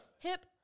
Hip